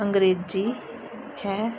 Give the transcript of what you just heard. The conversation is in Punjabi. ਅੰਗਰੇਜ਼ੀ ਹੈ